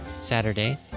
Saturday